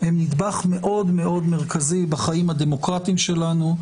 הם נדבך מרכזי מאוד בחיים הדמוקרטיים שלנו.